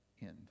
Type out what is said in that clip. end